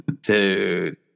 dude